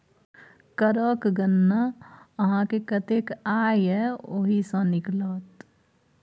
करक गणना अहाँक कतेक आय यै ओहि सँ निकलत